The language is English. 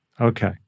Okay